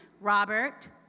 Robert